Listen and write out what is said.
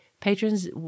Patrons